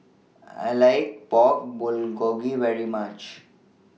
I like Pork Bulgogi very much